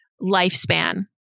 lifespan